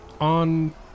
on